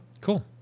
cool